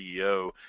CEO